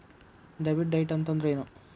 Debit ಡೈಟ್ ಅಂತಂದ್ರೇನು?